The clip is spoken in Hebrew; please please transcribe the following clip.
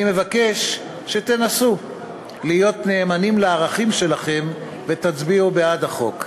אני מבקש שתנסו להיות נאמנים לערכים שלכם ותצביעו בעד החוק.